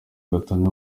gatanya